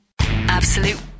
Absolute